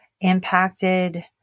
impacted